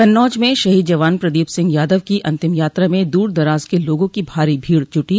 कन्नौज में शहीद जवान प्रदीप सिंह यादव की अंतिम यात्रा में दूर दराज के लोगों की भारी भीड़ जुटी